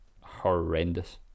horrendous